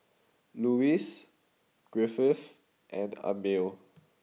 Lewis Griffith and Amil